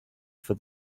for